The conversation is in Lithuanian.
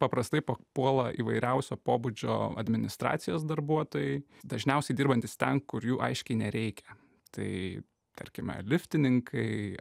paprastai papuola įvairiausio pobūdžio administracijos darbuotojai dažniausiai dirbantys ten kur jų aiškiai nereikia tai tarkime liftininkai